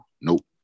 nope